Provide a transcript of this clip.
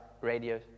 radio